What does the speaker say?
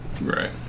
Right